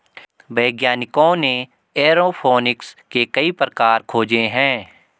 वैज्ञानिकों ने एयरोफोनिक्स के कई प्रकार खोजे हैं